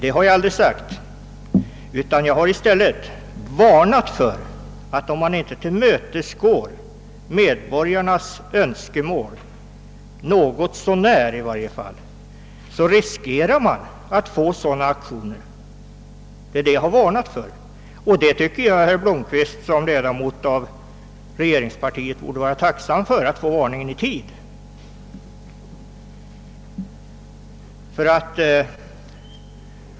Det har jag aldrig sagt, utan jag har i stället varnat för att om man inte tillmötesgår medborgarnas önskemål något så när riskerar man att det blir sådana här aktioner. Jag tycker att berr Blomkvist som medlem av regeringspartiet borde vara tacksam för att få denna varning i tid.